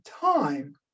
time